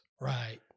right